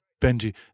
Benji